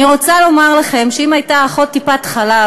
אני רוצה לומר לכם שאם הייתה אחות טיפת-חלב